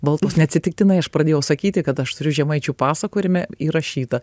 baltos neatsitiktinai aš pradėjau sakyti kad aš turiu žemaičių pasą kuriame įrašyta